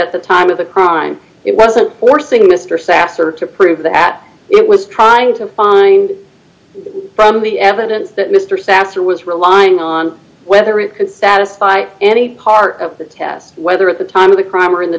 at the time of the crime it wasn't forcing mr sasser to prove that it was trying to find from the evidence that mr sasser was relying on whether it can satisfy any part of the test whether at the time of the crime or in the